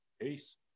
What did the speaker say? Peace